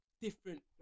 different